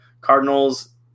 Cardinals